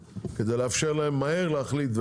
כדי לאפשר להם להחליט מהר,